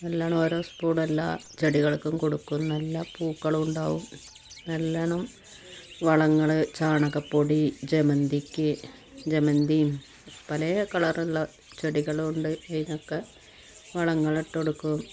നല്ലോണം ഓരോ സ്പൂണെല്ലാം ചെടികൾക്കും കൊടുക്കും നല്ല പൂക്കളുണ്ടാകും നല്ലോണം വളങ്ങൾ ചാണകപ്പൊടി ജമന്തിക്ക് ജമ്മന്തിയും പല കളറുള്ള ചെടികളും ഉണ്ട് അതിനൊക്കെ വളങ്ങളിട്ട് കൊടുക്കും